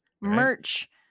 Merch